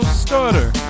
starter